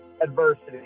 Adversity